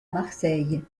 marseille